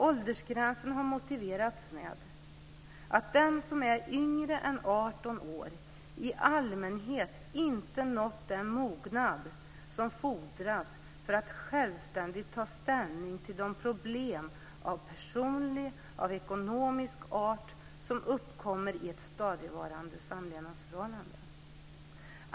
Åldersgränsen har motiverats med att den som är yngre än 18 år i allmänhet inte har nått den mognad som fordras för att självständigt ta ställning till de problem av personlig och ekonomisk art som uppkommer i ett stadigvarande samlevnadsförhållande.